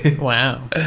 Wow